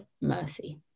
mercy